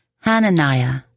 Hananiah